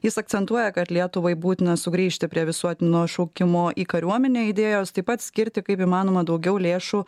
jis akcentuoja kad lietuvai būtina sugrįžti prie visuotino šaukimo į kariuomenę idėjos taip pat skirti kaip įmanoma daugiau lėšų